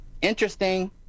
interesting